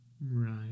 Right